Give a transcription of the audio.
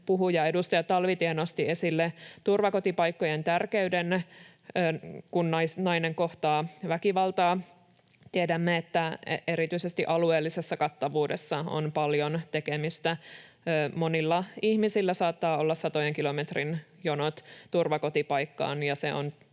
puhuja, edustaja Talvitie nosti esille turvakotipaikkojen tärkeyden, kun nainen kohtaa väkivaltaa, tiedämme, että erityisesti alueellisessa kattavuudessa on paljon tekemistä. Monilla ihmisillä saattaa olla satojen kilometrien jonot turvakotipaikkaan,